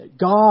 God